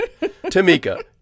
Tamika